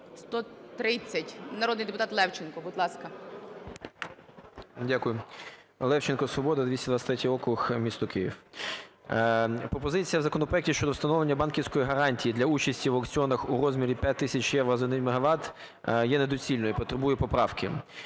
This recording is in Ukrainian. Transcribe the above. Народний депутат Левченко, будь ласка. 16:26:12 ЛЕВЧЕНКО Ю.В. Дякую. Левченко, "Свобода", 223 округ, місто Київ. Пропозиція в законопроекті щодо встановлення банківської гарантії для участі в аукціонах у розмірі 5 тисяч євро за 1 мегават є недоцільною, потребує поправки.